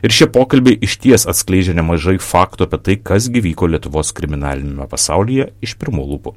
ir šie pokalbiai išties atskleidžia nemažai faktų apie tai kas gi vyko lietuvos kriminaliniame pasaulyje iš pirmų lūpų